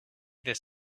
this